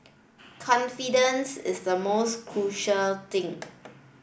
confidence is the most crucial thing